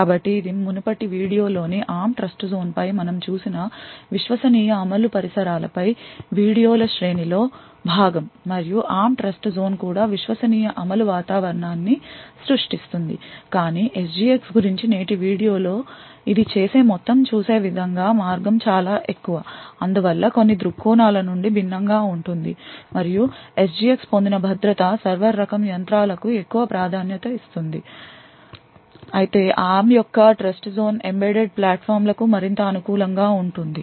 కాబట్టి ఇది మునుపటి వీడియో లోని ARM ట్రస్ట్జోన్ పై మనము చూసిన విశ్వసనీయ అమలు పరిసరాలపై వీడియోల శ్రేణి లో భాగం మరియు ARM ట్రస్ట్జోన్ కూడా విశ్వసనీయ అమలు వాతావరణాన్ని సృష్టిస్తుంది కాని SGX గురించి నేటి వీడియో లో ఇది చేసే మొత్తం చూసే విధంగా మార్గం చాలా ఎక్కువ అందువల్ల కొన్ని దృక్కోణాల నుండి భిన్నం గా ఉంటుంది మరియు SGX పొందిన భద్రత సర్వర్ రకం యంత్రాలకు ఎక్కువ ప్రాధాన్యతనిస్తుంది అయితే ARM యొక్క ట్రస్ట్జోన్ ఎంబెడెడ్ ప్లాట్ఫామ్లకూ మరింత అనుకూలం గా ఉంటుంది